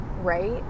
right